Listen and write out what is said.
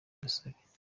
dusabe